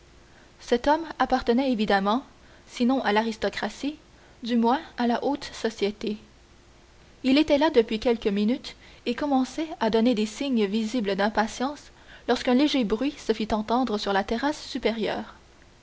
cet homme appartenait évidemment sinon à l'aristocratie du moins à la haute société il était là depuis quelques minutes et commençait à donner des signes visibles d'impatience lorsqu'un léger bruit se fit entendre sur la terrasse supérieure